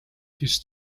his